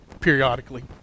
periodically